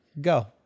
Go